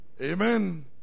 Amen